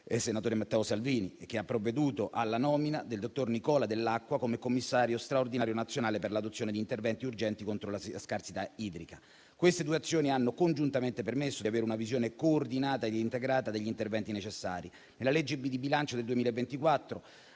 senatore Matteo Salvini, che ha provveduto alla nomina del dottor Nicola Dell'Acqua come commissario straordinario nazionale per l'adozione di interventi urgenti contro la scarsità idrica. Queste due azioni hanno congiuntamente permesso di avere una visione coordinata e integrata degli interventi necessari. Nella legge di bilancio del 2024